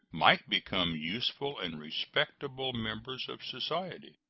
might become useful and respectable members of society.